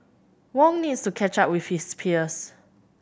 Wong needs to catch up with his peers